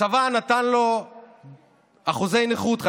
הצבא נתן לו 55% אחוזי נכות.